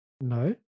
No